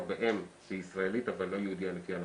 באם שהיא ישראלית אבל לא יהודייה לפי ההלכה.